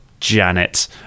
janet